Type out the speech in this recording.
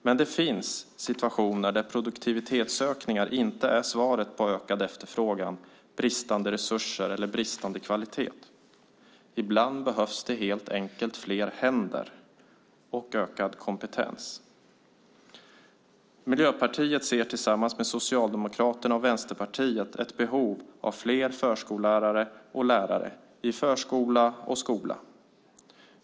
Men det finns situationer där produktivitetsökningar inte är svaret på ökad efterfrågan, bristande resurser eller bristande kvalitet. Ibland behövs helt enkelt fler händer och ökad kompetens. Miljöpartiet ser tillsammans med Socialdemokraterna och Vänsterpartiet ett behov av fler förskollärare och lärare i förskola och skola.